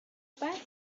بعد